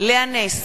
לאה נס,